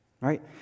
right